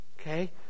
Okay